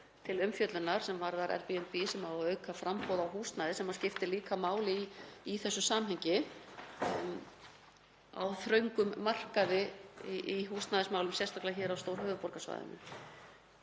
til umfjöllunar sem varðar Airbnb sem á að auka framboð á húsnæði, sem skiptir líka máli í þessu samhengi á þröngum markaði í húsnæðismálum og sérstaklega á höfuðborgarsvæðinu.